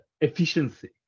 efficiency